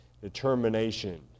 determination